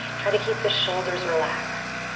try to keep the shoulders relaxed.